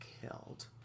killed